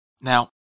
Now